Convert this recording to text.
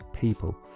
people